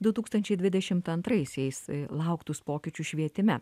du tūkstančiai dvidešimt antraisiais lauktus pokyčius švietime